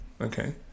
okay